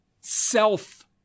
self